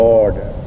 order